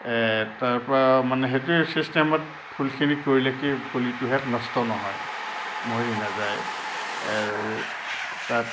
তাৰ পৰা মানে সেইটোৱে চিষ্টেমত ফুলখিনি কৰিলে কি পুলিটোহেঁত নষ্ট নহয় মৰি নাযায় আৰু তাত